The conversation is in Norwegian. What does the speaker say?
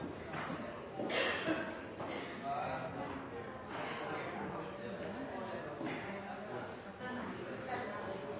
hva som er